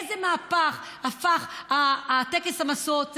איזה מהפך עבר טקס המשואות,